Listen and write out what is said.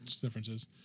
differences